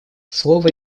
слово